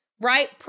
Right